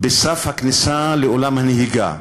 בסף הכניסה שלהם לעולם הנהיגה.